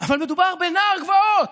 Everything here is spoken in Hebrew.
אבל מדובר בנער גבעות,